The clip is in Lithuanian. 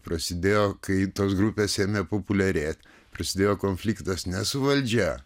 prasidėjo kai tos grupės ėmė populiarėt prisidėjo konfliktas ne su valdžia